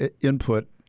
input